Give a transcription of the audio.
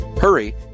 Hurry